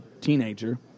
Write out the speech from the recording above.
teenager